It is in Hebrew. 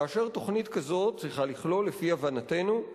כאשר תוכנית כזאת צריכה לכלול, לפי הבנתנו,